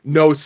no